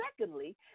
secondly